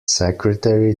secretary